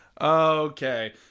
Okay